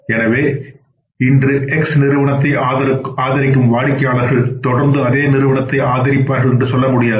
எனவே இன்று எக்ஸ் நிறுவனத்தை ஆதரிக்கும் வாடிக்கையாளர்கள் தொடர்ந்து அதே நிறுவனத்தை ஆதரிப்பார்கள் என்று சொல்ல முடியாது